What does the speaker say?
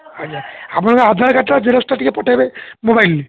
ଆଜ୍ଞା ଆପଣଙ୍କର ଆଧାର କାର୍ଡ଼୍ଟା ଜେରକ୍ସଟା ଟିକିଏ ପଠେଇବେ ମୋବାଇଲ୍